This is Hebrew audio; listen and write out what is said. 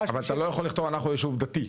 אבל אתה לא יכול לכתוב אנחנו ישוב דתי.